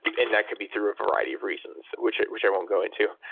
and that could be through a variety of reasons, which which i won't go into.